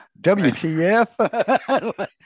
WTF